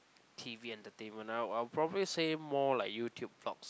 t_v entertainment I I would probably say more like YouTube talks